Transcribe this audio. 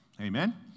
Amen